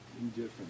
indifferent